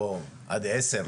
או עד עשר,